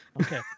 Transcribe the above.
Okay